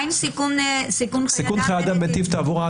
מה עם סיכון חיי אדם בנתיב תעבורה?